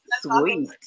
Sweet